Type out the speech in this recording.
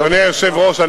אדוני היושב-ראש,